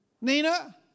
Nina